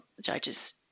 judges